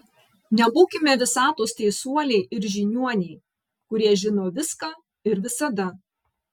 nebūkime visatos teisuoliai ir žiniuoniai kurie žino viską ir visada